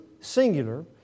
singular